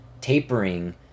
Tapering